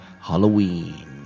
Halloween